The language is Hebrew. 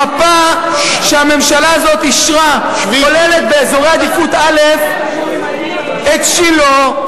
המפה שהממשלה הזאת אישרה כוללת באזורי עדיפות א' את שילה,